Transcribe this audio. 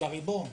של הריבון,